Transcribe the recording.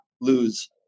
lose